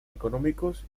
económicos